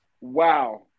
wow